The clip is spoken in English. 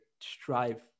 strive